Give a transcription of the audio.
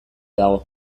dago